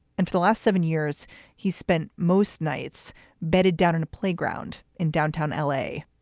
and for the last seven years he's spent most nights bedded down in a playground in downtown l a.